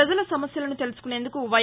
ప్రపజల సమస్యలను తెలుసుకునేందుకు వై